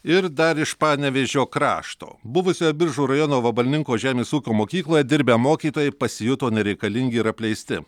ir dar iš panevėžio krašto buvusioje biržų rajono vabalninko žemės ūkio mokykloje dirbę mokytojai pasijuto nereikalingi ir apleisti